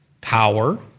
power